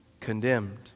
condemned